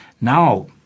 Now